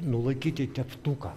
nulaikyti teptuką